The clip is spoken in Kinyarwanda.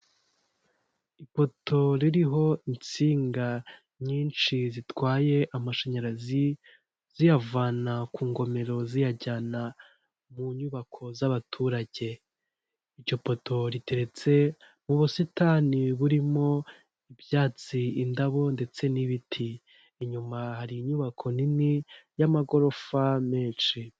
Ipoto ririho insinga nyinshi zitwaye amashanyarazi ziyavana ku ngomero ziyajyana mu nyubako z'abaturage. Iryo poto riteretse mu busitani burimo ibyatsi, indabo ndetse n'ibiti. Inyuma hari inyubako nini y'amagorofa menshi.